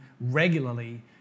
regularly